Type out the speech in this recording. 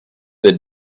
the